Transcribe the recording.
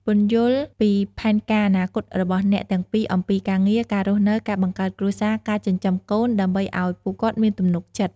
ពន្យល់ពីផែនការអនាគតរបស់អ្នកទាំងពីរអំពី ការងារ ការរស់នៅ ការបង្កើតគ្រួសារ ការចិញ្ចឹមកូន ដើម្បីឱ្យពួកគាត់មានទំនុកចិត្ត។